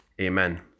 Amen